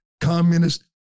Communist